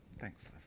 Thanks